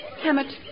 Hammett